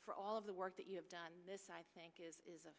for all of the work that you have done this i think is is